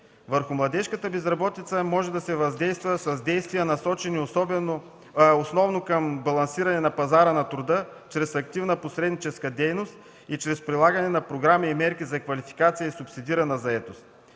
Върху младежката безработица може да се въздейства с действия насочени основно към балансиране на пазара на труда чрез активна посредническа дейност и чрез прилагане на програми и мерки за квалификация и субсидирана заетост.